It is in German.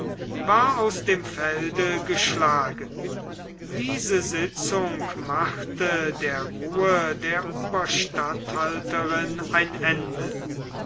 war aus dem felde geschlagen diese sitzung machte der ruhe der oberstatthalterin ein ende